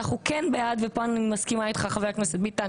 אנחנו כן בעד וכאן אני מסכימה עם חבר הכנסת ביטן